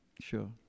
Sure